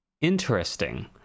Interesting